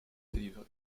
délivrer